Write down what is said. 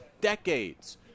decades